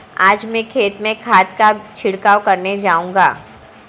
आज मैं खेत में खाद का छिड़काव करने जाऊंगा